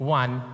one